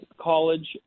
college